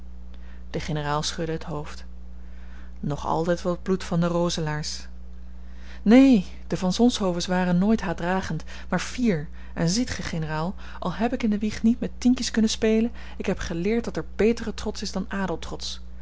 de generaal schudde het hoofd nog altijd wat bloed van de roselaers neen de van zonshovens waren nooit haatdragend maar fier en ziet gij generaal al heb ik in de wieg niet met tientjes kunnen spelen ik heb geleerd dat er betere trots is dan